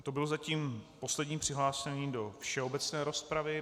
To byl zatím poslední přihlášený do všeobecné rozpravy.